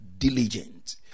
diligent